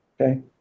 Okay